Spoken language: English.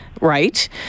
right